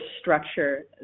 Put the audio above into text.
structure